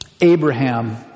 Abraham